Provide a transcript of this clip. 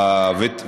בעבר?